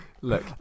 Look